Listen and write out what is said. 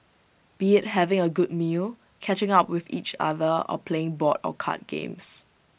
be IT having A good meal catching up with each other or playing board or card games